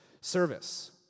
service